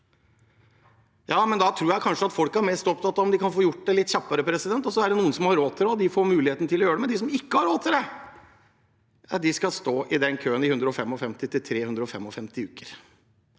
Jeg tror kanskje at folk er mest opptatt av om de kan få gjort det litt kjappere. Så er det noen som har råd til det og får muligheten til å gjøre det før, men de som ikke har råd til det, skal stå i den køen i 155–355 uker.